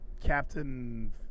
Captain